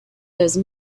those